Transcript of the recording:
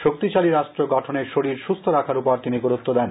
শক্তিশালী রাষ্ট্র গঠনে শরীর সুস্থ রাখার উপর তিনি গুরুত্ব দেন